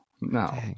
no